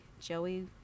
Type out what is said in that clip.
Joey